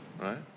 right